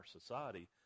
society